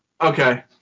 Okay